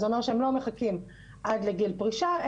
זה אומר שהם לא מחכים עד לגיל פרישה,